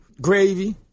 gravy